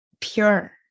pure